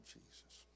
Jesus